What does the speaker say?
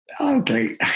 okay